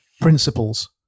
Principles